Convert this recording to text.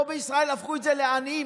פה בישראל הפכו את זה לעניים.